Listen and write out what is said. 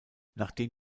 nachdem